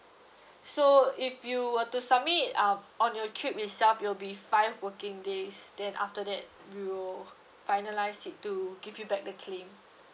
so if you were to submit um on your trip itself it will be five working days then after that we will finalise it to give you back the claim